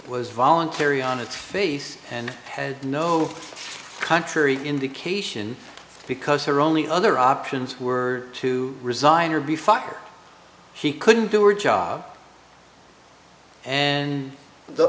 was voluntary on its face and had no contrary indication because her only other options were to resign or be fired she couldn't do or job and the